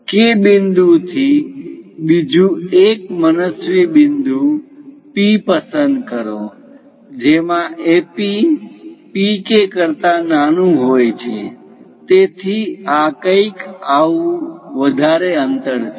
K બિંદુથી બીજું એક મનસ્વી બિંદુ P પસંદ કરો જેમા AP PK કરતા નાનું હોય છે તેથી આ કંઈક આવું વધારે અંતર છે